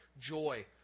joy